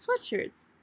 Sweatshirts